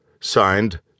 Signed